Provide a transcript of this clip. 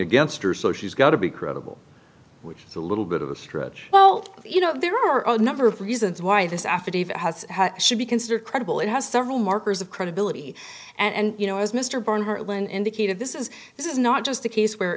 against her so she's got to be credible which is a little bit of a stretch well you know there are a number of reasons why this affidavit has should be considered credible it has several markers of credibility and you know as mr byrne when indicated this is this is not just a case where